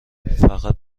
فقط